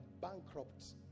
bankrupt